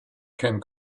can